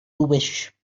wish